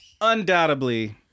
undoubtedly